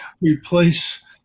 replace